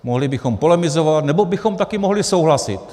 Mohli bychom polemizovat, nebo bychom také mohli souhlasit.